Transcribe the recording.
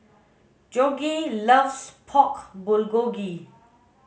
Jorge loves Pork Bulgogi